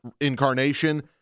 incarnation